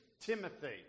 Timothy